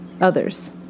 others